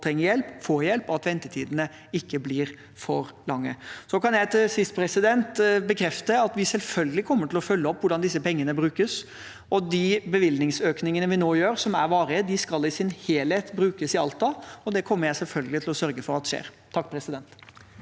og at ventetidene ikke blir for lange. Til sist kan jeg bekrefte at vi selvfølgelig kommer til å følge opp hvordan disse pengene brukes. De bevilgningsøkningene vi nå gjør, som er varige, skal i sin helhet brukes i Alta, og det kommer jeg selvfølgelig til å sørge for at skjer. Presidenten